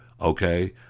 okay